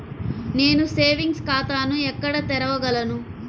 నేను సేవింగ్స్ ఖాతాను ఎక్కడ తెరవగలను?